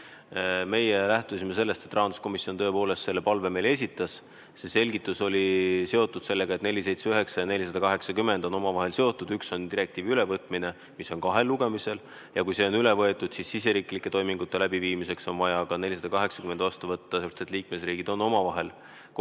Meie lähtusime sellest, et rahanduskomisjon tõepoolest selle palve meile esitas. Selgitus oli selline, et eelnõud 479 ja 480 on omavahel seotud. Üks on direktiivi ülevõtmine, mis on kahel lugemisel. Kui see on üle võetud, siis on riigisiseste toimingute läbiviimiseks vaja ka 480 vastu võtta, sest liikmesriigid on omavahel kokku